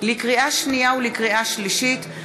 לקריאה שנייה ולקריאה שלישית,